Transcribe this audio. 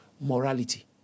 morality